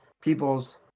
people's